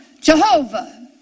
Jehovah